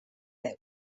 veu